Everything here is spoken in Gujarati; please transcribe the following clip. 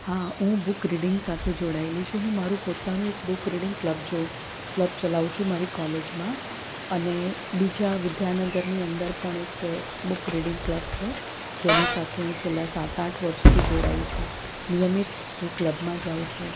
હા હું બુક રીડિંગ સાથે જોડાયેલી છું હું મારું પોતાનું એક બુક રીડિંગ ક્લબ જો ક્લબ ચલાવું છું મારી કોલેજમાં અને બીજા વિદ્યાનગરની અંદર પણ એક બુક રીડિંગ ક્લબ છે જેની સાથે હું છેલ્લા સાત આઠ વર્ષથી જોડાઈ છું નિયમિત એ ક્લબમાં જાઉ છું